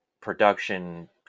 production